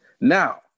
Now